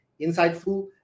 insightful